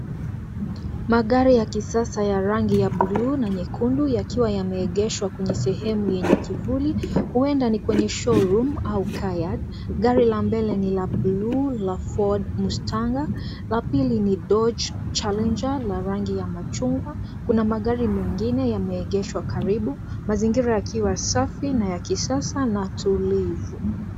Magari ya kisasa ya rangi ya bluu na nyekundu yakiwa yameegeshwa kwenye sehemu yenye Kivuli, huenda kwenye showroom au car yard . Gari la mbele ni la bluu la Ford Mstanga , la pili ni Doge Challenger na rangi ya machungwa. Kuna magari mengine yameegeshwa karibu. Mazingira yakiwa safi na kisasa na tulivu.